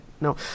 No